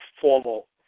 formal